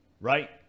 right